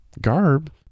garb